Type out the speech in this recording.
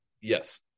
Yes